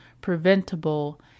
preventable